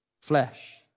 flesh